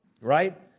right